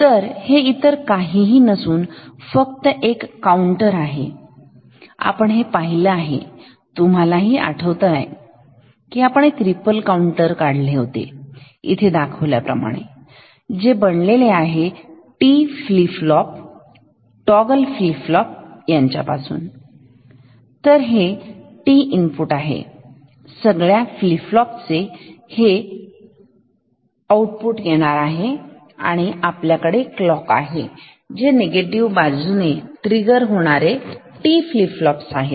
तर हे इतर काहीही नसून फक्त एक काउंटर आहेआपण हे पाहिल आहे तुम्हालाही आठवतंय का आपण एक रिपल काउंटर काढले इथे दाखवल्याप्रमाणे जो बनलेला आहे अनेक T flip flop toggle flip flop पासून आणि हे T इनपुट आहेत सगळया फ्लिप फ्लॉप चे हे त्याचे आउटपुट आहेत आणि आपल्याकडे क्लॉक आहेत जे निगेटिव्ह बाजूने ट्रिगर होणारे T फ्लिप फ्लॉप आहेत